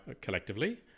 collectively